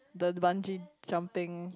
the bungee jumping